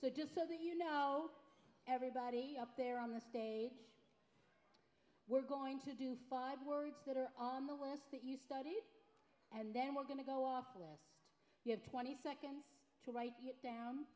so just so that you know everybody up there on the stage we're going to do five words that are on the list that you study and then we're going to go off the list you have twenty seconds to write it down